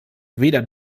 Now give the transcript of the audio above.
weder